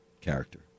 character